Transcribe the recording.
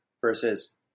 versus